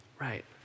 right